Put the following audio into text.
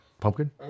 Pumpkin